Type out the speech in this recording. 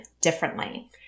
differently